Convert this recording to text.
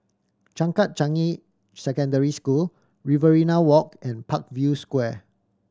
Changkat Changi Secondary School Riverina Walk and Parkview Square